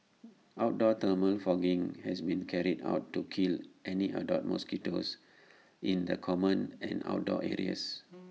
outdoor thermal fogging has been carried out to kill any adult mosquitoes in the common and outdoor areas